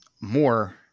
more